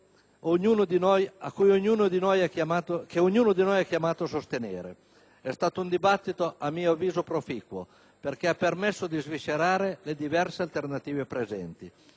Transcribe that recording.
che ognuno di noi è chiamato a sostenere. È stato un dibattito a mio avviso proficuo, perché ha permesso di sviscerare le diverse alternative presenti;